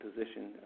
position